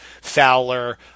Fowler